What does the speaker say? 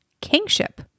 Kingship